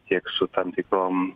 tiek su tam tikrom